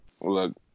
look